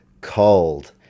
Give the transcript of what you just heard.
cold